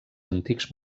antics